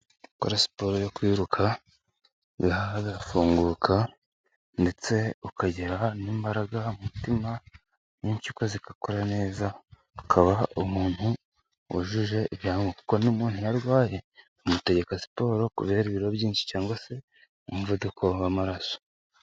Gukora siporo yo kwiruka ibihaha birafunguka ndetse ukagira n'imbaraga, umutima n'impyiko zigakora neza ukaba umuntu wujuje ibyangombwa, kuko umuntu urwaye bamutegeka siporo kubera ibiro byinshi, cyangwa se umuvuduko w'amaraso.